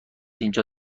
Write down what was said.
اینجا